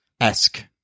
esque